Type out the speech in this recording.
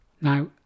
Now